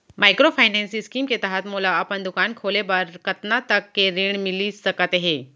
Microfinance scheme के तहत मोला अपन दुकान खोले बर कतना तक के ऋण मिलिस सकत हे?